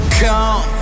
come